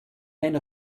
ein